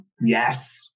Yes